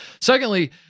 secondly